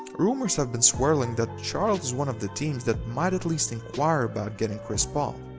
rumours have been swirling that charlotte is one of the teams that might at least inquire about getting chris paul.